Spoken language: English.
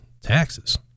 taxes